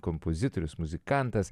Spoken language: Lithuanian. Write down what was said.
kompozitorius muzikantas